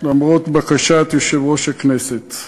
למרות בקשת יושב-ראש הכנסת.